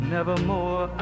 Nevermore